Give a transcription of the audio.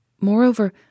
Moreover